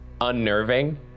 unnerving